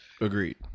agreed